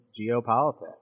geopolitics